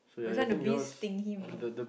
but this one the bees sting him